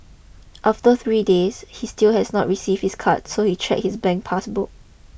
after three days he still has not received his card so he check his bank pass book